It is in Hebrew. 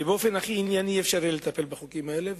שבאופן הכי ענייני אי-אפשר יהיה לטפל בחוקים האלה,